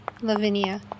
Lavinia